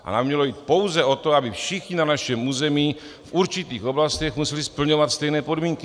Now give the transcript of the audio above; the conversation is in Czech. A nám by mělo jít pouze o to, aby všichni na našem území v určitých oblastech museli splňovat stejné podmínky.